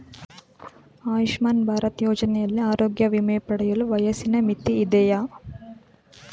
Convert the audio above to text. ಆಯುಷ್ಮಾನ್ ಭಾರತ್ ಯೋಜನೆಯಲ್ಲಿ ಆರೋಗ್ಯ ವಿಮೆ ಪಡೆಯಲು ವಯಸ್ಸಿನ ಮಿತಿ ಇದೆಯಾ?